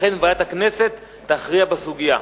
לכן ועדת הכנסת תכריע בסוגיה.